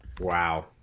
wow